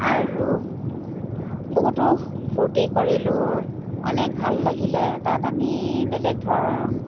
আৰু বহুতো ফূৰ্তি কৰিলোঁ অনেক ভাল লাগিলে তাত আমি বেলেগ ধৰণ